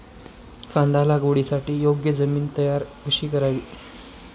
कांदा लागवडीसाठी योग्य जमीन तयार कशी करावी?